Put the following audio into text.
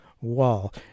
wall